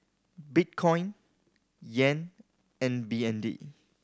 Bitcoin Yen and B N D